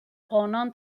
آنان